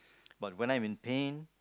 but when I'm in pain